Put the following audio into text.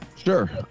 Sure